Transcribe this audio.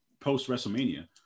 post-WrestleMania